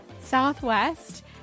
southwest